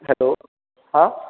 hello हां